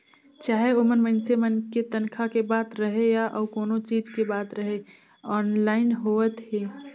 चाहे ओमन मइनसे मन के तनखा के बात रहें या अउ कोनो चीच के बात रहे आनलाईन होवत हे